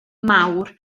mawr